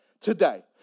today